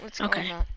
Okay